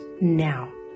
now